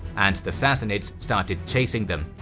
and the sassanids started chasing them.